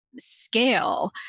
scale